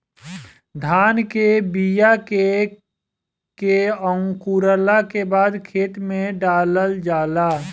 धान के बिया के अंकुरला के बादे खेत में डालल जाला